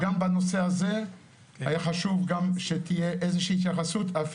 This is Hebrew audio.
וגם בנושא הזה היה חשוב גם שתהיה איזושהי התייחסות.